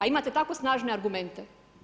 A imate tako snažne argumente.